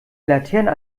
laternen